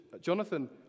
Jonathan